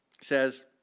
says